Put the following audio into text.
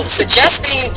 suggesting